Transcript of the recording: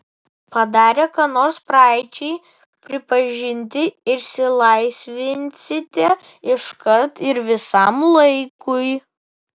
padarę ką nors praeičiai pripažinti išsilaisvinsite iškart ir visam laikui